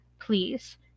Please